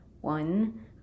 one